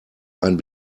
ein